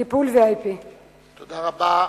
טיפול VIP. תודה רבה.